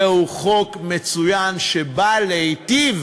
זהו חוק מצוין שבא להיטיב